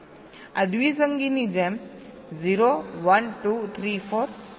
આ દ્વિસંગીની જેમ 0 1 2 3 4 આની જેમ